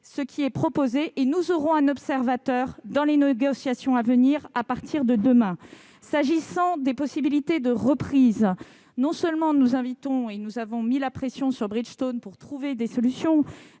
ce qui est proposé et nous aurons un observateur dans les négociations à venir à partir de demain. S'agissant des possibilités de reprise, non seulement nous avons mis la pression sur Bridgestone pour trouver des solutions